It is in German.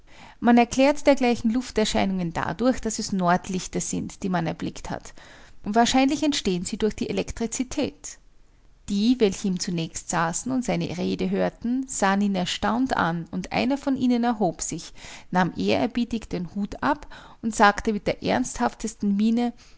man erklärt dergleichen lufterscheinungen dadurch daß es nordlichter sind die man erblickt hat wahrscheinlich entstehen sie durch die elektrizität die welche ihm zunächst saßen und seine rede hörten sahen ihn erstaunt an und einer von ihnen erhob sich nahm ehrerbietig den hut ab und sagte mit der ernsthaftesten miene